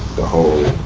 the whole,